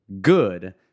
good